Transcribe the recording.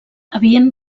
havien